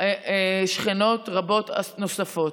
שכנות רבות נוספות.